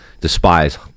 despise